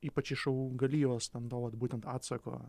ypač iš augalijos ten to vat būtent atsako